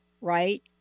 right